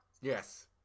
Yes